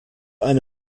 eine